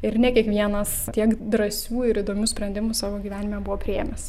ir ne kiekvienas tiek drąsių ir įdomių sprendimų savo gyvenime buvo priėmęs